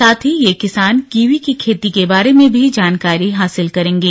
साथ ही ये किसान कीवी की खेती के बारे में भी जानकारी हासिल करेंगे